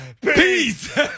peace